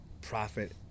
profit